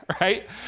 right